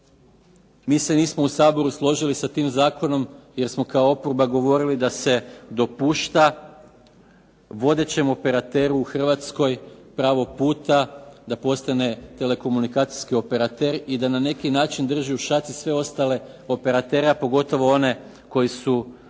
mi se u Saboru nismo složili s tim Zakonom jer smo govorili da se dopušta vodećem operateru u Hrvatskoj pravo puta da postane telekomunikacijski operater i da na neki način drži u šaci sve ostale operatere a pogotovo one koji su